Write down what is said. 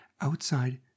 outside